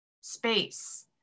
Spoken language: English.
space